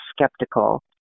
skeptical